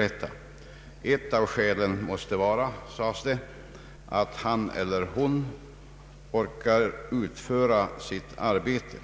Den första förutsättningen måste vara, ansåg Landsorganisationen, att vederbörande orkar utföra sitt arbete.